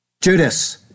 Judas